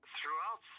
Throughout